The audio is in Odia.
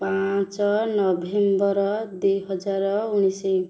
ପାଞ୍ଚ ନଭେମ୍ବର ଦୁଇ ହଜାର ଉଣେଇଶି